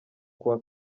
kuwa